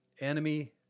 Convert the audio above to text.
Enemy